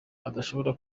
adashobora